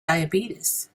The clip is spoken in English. diabetes